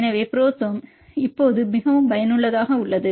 எனவே புரோதெர்ம் இப்போது மிகவும் பயனுள்ளதாக இருக்கிறது